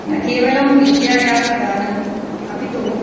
न केवलं विद्यायाः दानम् अपि तु